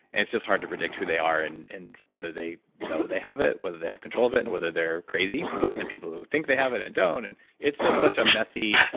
and it's just hard to predict who they are and and whether they know they have it, whether they have control of it and whether they're crazy and people who think they have it and don't. and it's just so such a messy,